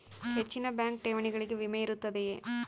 ಹೆಚ್ಚಿನ ಬ್ಯಾಂಕ್ ಠೇವಣಿಗಳಿಗೆ ವಿಮೆ ಇರುತ್ತದೆಯೆ?